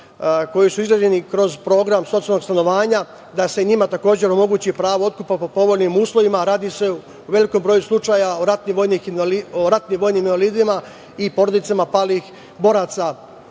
koji su izgrađeni kroz program socijalnog stanovanja, da se njima takođe omogući pravo otkupa po povoljnim uslovima. Radi se u velikom broju slučaja o ratnim vojnim invalidima i porodicama palih boraca.